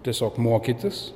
tiesiog mokytis